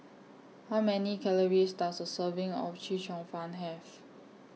How Many Calories Does A Serving of Chee Cheong Fun Have